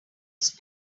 use